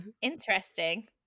Interesting